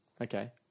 Okay